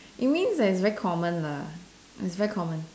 it means that it's very common lah it's very common